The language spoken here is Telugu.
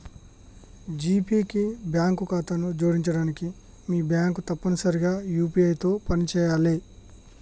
జీపే కి బ్యాంక్ ఖాతాను జోడించడానికి మీ బ్యాంక్ తప్పనిసరిగా యూ.పీ.ఐ తో పనిచేయాలే